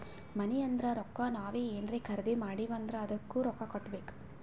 ಮನಿ ಅಂದುರ್ ರೊಕ್ಕಾ ನಾವ್ ಏನ್ರೇ ಖರ್ದಿ ಮಾಡಿವ್ ಅಂದುರ್ ಅದ್ದುಕ ರೊಕ್ಕಾ ಕೊಡ್ಬೇಕ್